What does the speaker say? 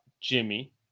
Jimmy